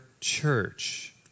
church